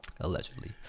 Allegedly